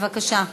בבקשה.